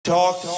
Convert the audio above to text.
Talk